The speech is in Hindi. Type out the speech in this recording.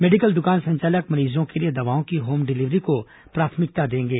मेडिकल दुकान संचालक मरीजों के लिए दवाओं की होम डिलीवरी को प्राथमिकता देगें